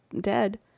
dead